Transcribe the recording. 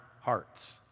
hearts